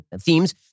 themes